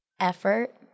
effort